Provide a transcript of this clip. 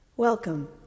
Welcome